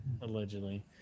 Allegedly